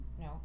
No